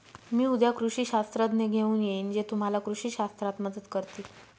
मी उद्या कृषी शास्त्रज्ञ घेऊन येईन जे तुम्हाला कृषी शास्त्रात मदत करतील